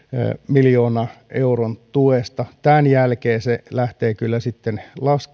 miljoonan euron tuesta tämän jälkeen se lähtee kyllä sitten